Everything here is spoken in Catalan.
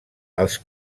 els